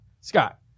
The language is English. Scott